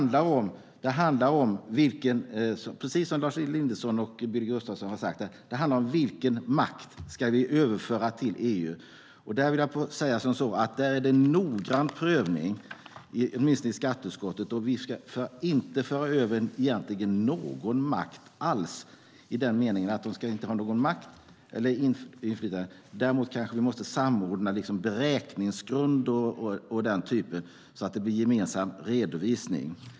Det handlar om, precis som Lars Elinderson och Billy Gustafsson har sagt, om vilken makt vi ska överföra till EU. Där är det noggrann prövning, åtminstone i skatteutskottet, för vi ska egentligen inte föra över någon makt eller något inflytande alls. Däremot kanske vi måste samordna beräkningsgrunder och liknande så att det blir en gemensam redovisning.